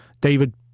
David